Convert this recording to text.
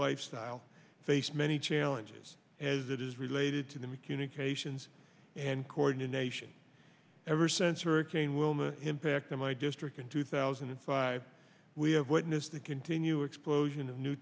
lifestyle face many challenges as it is related to the me communications and coordination ever censor akane wilma impacted my district in two thousand and five we have witnessed that continue explosion of new